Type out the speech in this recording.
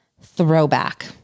throwback